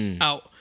out